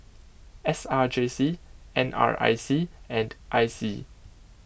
S R J C N R I C and I C